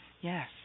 Yes